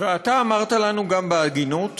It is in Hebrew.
אתה אמרת לנו גם בהגינות,